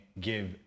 give